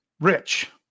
Rich